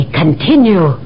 continue